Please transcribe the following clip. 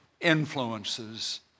influences